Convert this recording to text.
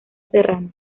serrano